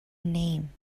name